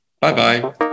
Bye-bye